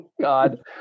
God